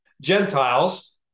Gentiles